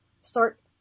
start